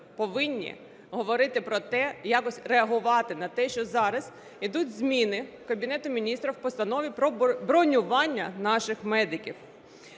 повинні говорити про те, якось реагувати на те, що зараз ідуть зміни Кабінету Міністрів в Постанові про бронювання наших медиків.